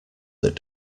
that